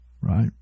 Right